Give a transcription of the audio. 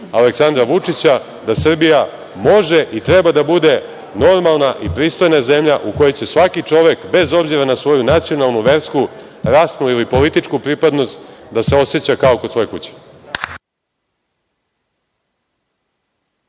Aleksandra Vučića da Srbija može i treba da bude normalna i pristojna zemlja u kojoj će svaki čovek, bez obzira na svoju nacionalnu, versku, rasnu ili političku pripadnost, da se oseća kao kod svoje kuće.